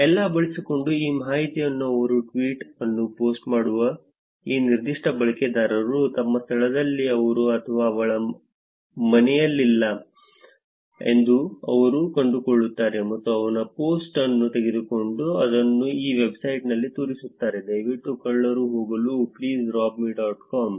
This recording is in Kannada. ಎಲ್ಲಾ ಬಳಸಿಕೊಂಡು ಈ ಮಾಹಿತಿಯನ್ನುಅವರು ಈ ಟ್ವೀಟ್ ಅನ್ನು ಪೋಸ್ಟ್ ಮಾಡುವ ಈ ನಿರ್ದಿಷ್ಟ ಬಳಕೆದಾರರು ತಮ್ಮ ಸ್ಥಳದಲ್ಲಿ ಅವರ ಅಥವಾ ಅವಳ ಮನೆಯಲ್ಲಿಲ್ಲ ಎಂದು ಅವರು ಕಂಡುಕೊಳ್ಳುತ್ತಾರೆ ಮತ್ತು ಅವರು ಪೋಸ್ಟ್ ಅನ್ನು ತೆಗೆದುಕೊಂಡು ಅದನ್ನು ಈ ವೆಬ್ಸೈಟ್ನಲ್ಲಿ ತೋರಿಸುತ್ತಾರೆ ದಯವಿಟ್ಟು ಕಳ್ಳರು ಹೋಗಲು please rob me dot com